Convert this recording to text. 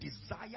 desire